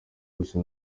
bose